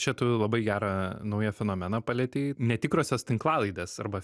čia tu labai gerą naują fenomeną palietei netikrosios tinklalaidės arba